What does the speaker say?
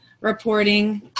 reporting